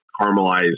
caramelized